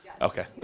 Okay